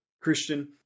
Christian